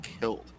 killed